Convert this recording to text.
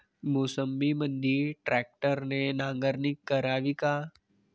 मोसंबीमंदी ट्रॅक्टरने नांगरणी करावी का?